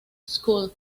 school